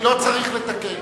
לא צריך לתקן.